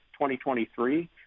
2023